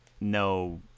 no